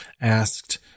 asked